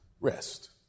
rest